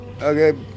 okay